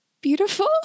beautiful